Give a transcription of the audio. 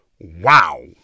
Wow